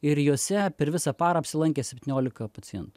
ir juose per visą parą apsilankė septyniolika pacientų